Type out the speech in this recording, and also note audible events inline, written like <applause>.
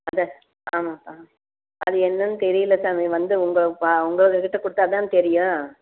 அது <unintelligible> அது என்னன்னு தெரியல சாமி வந்து உங்கள் உங்கக்கிட்ட கொடுத்தாதான தெரியும்